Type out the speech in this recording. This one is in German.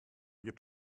gibt